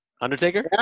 Undertaker